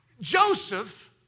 joseph